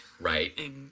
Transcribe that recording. Right